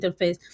interface